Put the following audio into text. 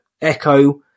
Echo